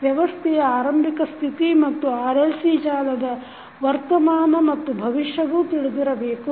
ವ್ಯವಸ್ಥೆಯ ಆರಂಭಿಕ ಸ್ಥಿತಿ ಮತ್ತು RLC ಜಾಲದ ವರ್ತಮಾನ ಮತ್ತು ಭವಿಷ್ಯವೂ ತಿಳಿದಿರಬೇಕು